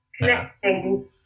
Connecting